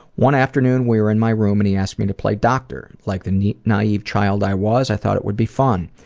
one afternoon we were in my room and he asked me to play doctor. like the naive child i was, i thought it would be fun.